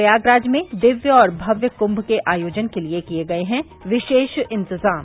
प्रयागराज में दिव्य और भव्य क्भ के आयोजन के लिये किये गये हैं विशेष इंतज़ाम